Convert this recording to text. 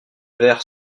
vers